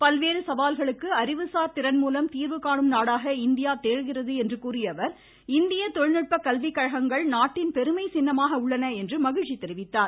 பல்வேறு சவால்களுக்கு அறிவுசார் திறன்மூலம் தீர்வு காணும் நாடாக இந்தியா திகழ்கிறது என்று கூறிய அவர் இந்திய தொழில்நுட்ப கல்விக் கழகங்கள் நாட்டின் பெருமை சின்னமாக உள்ளன என்றும் மகிழ்ச்சி தெரிவித்தார்